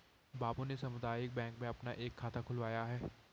बाबू ने सामुदायिक बैंक में अपना एक खाता खुलवाया है